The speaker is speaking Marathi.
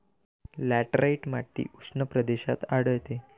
लॅटराइट माती उष्ण प्रदेशात आढळते